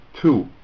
Two